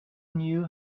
knew